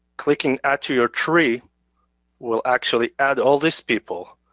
clicking at your tree will actually add all these people